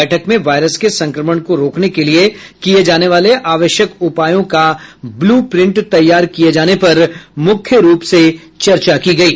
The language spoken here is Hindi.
बैठक में वायरस के संक्रमण को रोकने के लिए किए जाने वाले आवश्यक उपायों का ब्लू प्रिंट तैयार किए जाने पर मुख्य रूप मे चर्चा की गयी